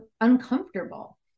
uncomfortable